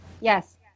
Yes